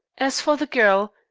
as for the girl,